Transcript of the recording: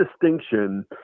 distinction